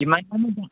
কিমান দাম